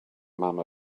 mama